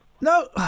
No